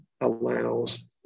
allows